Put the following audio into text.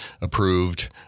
approved